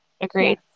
Agreed